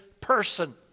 person